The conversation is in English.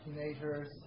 teenagers